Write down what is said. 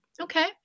okay